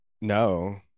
No